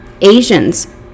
Asians